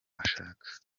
ashaka